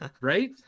right